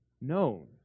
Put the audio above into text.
known